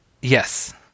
Yes